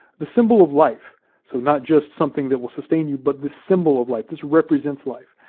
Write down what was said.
the symbol of life so not just something that will sustain you, but the symbol of life, this represents life.